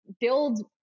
build